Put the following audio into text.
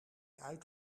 uit